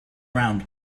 around